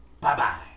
Bye-bye